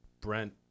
Brent